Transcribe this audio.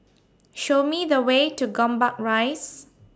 Show Me The Way to Gombak Rise